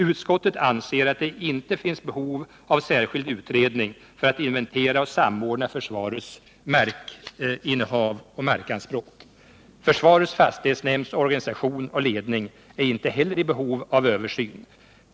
Utskottet anser att det inte finns behov av särskild utredning för att inventera och samordna försvarets markinnehav och markanspråk. Försvarets fastighetsnämnds organisation och ledning är inte heller i behov av översyn.